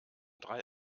drei